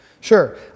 Sure